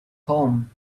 home